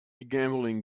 gambling